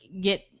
get